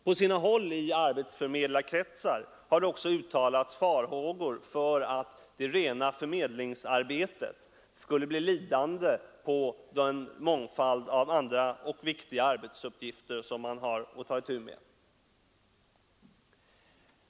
På sina håll i arbetsförmedlarkretsar har det uttalats farhågor för att det rena förmedlingsarbetet skulle bli lidande på den mångfald av andra, viktiga arbetsuppgifter som man har att ta itu med.